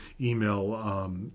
email